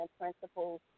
principles